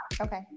Okay